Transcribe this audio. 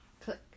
Click